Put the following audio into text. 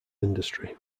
industry